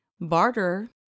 Barter